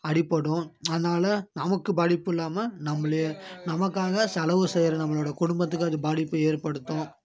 அடிபடும் அதனால் நமக்கு பாதிப்பில்லாம நம்மளே நமக்காக செலவு செய்கிற நம்மளோடய குடும்பத்துக்கும் அது பாதிப்பு ஏற்படுத்தும்